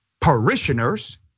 parishioners